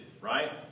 right